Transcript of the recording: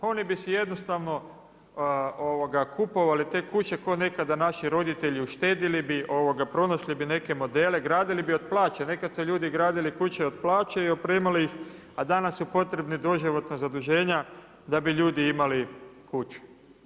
Oni bi se jednostavno, kupovali te kuće ko nekada naši roditelji, uštedili bi, pronašli bi neke modele, gradili bi od plaća, nekada su ljudi gradili kuće od plaća i opremali ih, a danas su potrebni doživotna zaduženja da bi ljudi imali kuću.